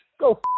Go